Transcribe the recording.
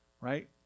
right